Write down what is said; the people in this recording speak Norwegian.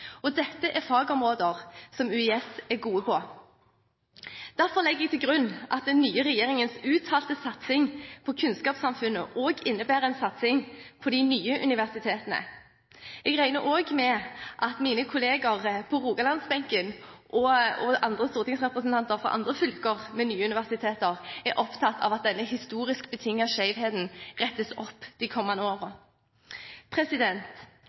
og dette er fagområder som UiS er gode på. Derfor legger jeg til grunn at den nye regjeringens uttalte satsing på kunnskapssamfunnet også innebærer en satsing på de nye universitetene. Jeg regner også med at mine kolleger på Rogalands-benken og andre stortingsrepresentanter fra andre fylker med nye universiteter er opptatt av at denne historisk betingede skjevheten rettes opp de kommende årene.